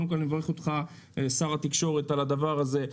אני קודם כל מברך אותך, שר התקשורת, על הדבר הזה.